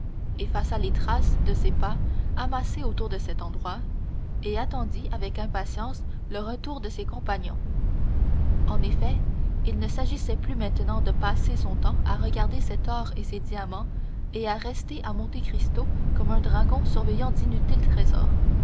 effaça les traces de ses pas amassées autour de cet endroit et attendit avec impatience le retour de ses compagnons en effet il ne s'agissait plus maintenant de passer son temps à regarder cet or et ces diamants et à rester à monte cristo comme un dragon surveillant d'inutiles trésors